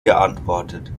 geantwortet